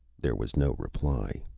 there was no reply.